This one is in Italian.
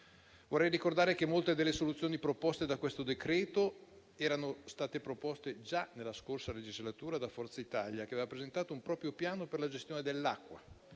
Vorrei ricordare che molte delle soluzioni proposte da questo decreto erano state proposte già nella scorsa legislatura da Forza Italia, che aveva presentato un proprio piano per la gestione dell'acqua.